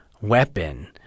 weapon